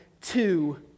two